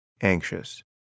anxious